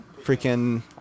freaking